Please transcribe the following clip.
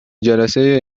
جلسه